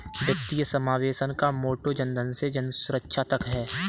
वित्तीय समावेशन का मोटो जनधन से जनसुरक्षा तक है